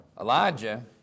Elijah